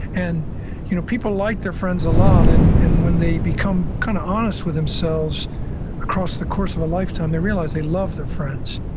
and you know people like their friends a lot, and and when they become kind of honest with themselves across the course of a lifetime, they realize they love their friends.